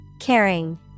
Caring